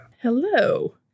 Hello